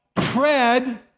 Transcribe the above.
tread